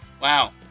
Wow